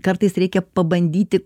kartais reikia pabandyti